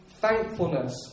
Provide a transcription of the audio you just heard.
thankfulness